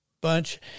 bunch